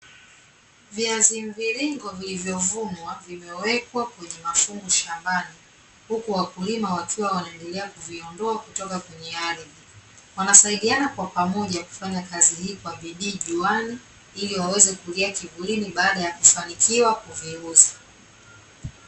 Viazi mviringo vilivyovunwa vimewekwa kwenye mafungu shambani, huku wakulima wakiwa wanaendelea kuviondoa kutoka kwenye ardhi, wanasaidiana kwa pamoja kufanya kazi hii kwa bidii juani, ili waweze kulia kivulini baada ya kufanikiwa kuviuza.